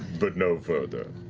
but no further.